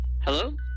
Hello